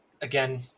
again